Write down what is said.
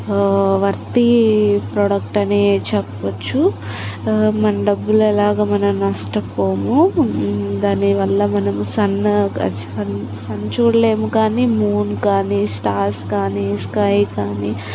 వర్తి product అని చెప్పవచ్చు మన డబ్బులు ఎలాగా మనం నష్టపోము దానివల్ల మనము సన్ సన్ చూడలేము కానీ మూన్ కానీ స్టార్స్ కానీ స్కై కానీ